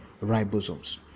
ribosomes